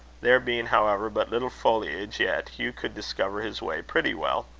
there being, however, but little foliage yet, hugh could discover his way pretty well.